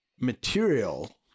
material